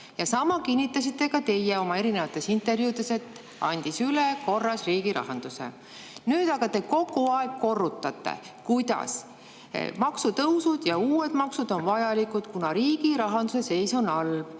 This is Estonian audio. Sama kinnitasite ka teie oma erinevates intervjuudes, et andis üle korras riigirahanduse. Nüüd aga te kogu aeg korrutate, kuidas maksutõusud ja uued maksud on vajalikud, kuna riigi rahanduse seis on halb